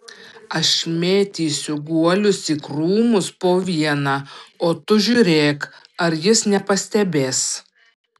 aš mėtysiu guolius į krūmus po vieną o tu žiūrėk ar jis nepastebės